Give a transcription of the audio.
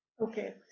Okay